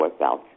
workouts